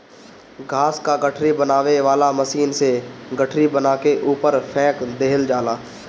घास क गठरी बनावे वाला मशीन से गठरी बना के ऊपर फेंक देहल जाला